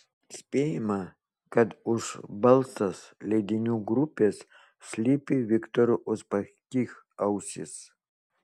spėjama kad už balsas leidinių grupės slypi viktoro uspaskich ausys